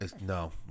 No